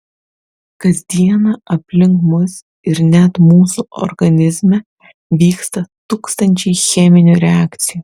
kas dieną aplink mus ir net mūsų organizme vyksta tūkstančiai cheminių reakcijų